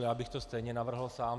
Já bych to stejně navrhl sám.